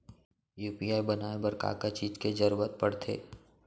UPI बनाए बर का का चीज के जरवत पड़थे?